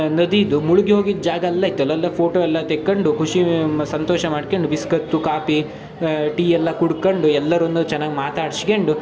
ನದಿ ಇದೆ ಮುಳ್ಗೋಗಿದ್ದ ಜಾಗ ಎಲ್ಲ ಇತ್ತು ಅಲ್ಲಿ ಎಲ್ಲ ಫೋಟೋ ಎಲ್ಲ ತೆಕ್ಕೊಂಡು ಖುಷಿ ಸಂತೋಷ ಮಾಡ್ಕಂಡು ಬಿಸ್ಕತ್ತು ಕಾಪಿ ಟೀ ಎಲ್ಲ ಕುಡ್ಕೊಂಡು ಎಲ್ಲರನ್ನೂ ಚೆನ್ನಾಗಿ ಮಾತಾಡ್ಶ್ಗ್ಯಂಡು